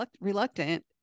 reluctant